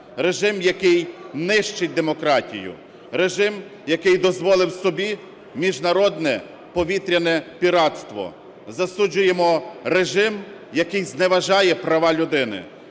Режим, який нищить демократію, режим, який дозволив собі міжнародне повітряне піратство, засуджуємо режим, який зневажає права людини.